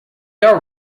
are